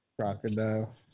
Crocodile